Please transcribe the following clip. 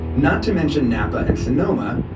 not to mention napa and sonoma,